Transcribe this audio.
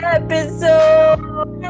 episode